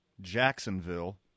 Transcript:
Jacksonville